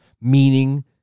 meaning